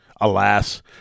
alas